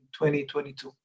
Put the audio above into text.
2022